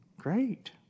great